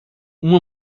uma